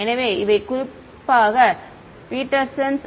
எனவே இவை குறிப்பாக பீட்டர்சனின் Peterson's அத்தியாயம் 2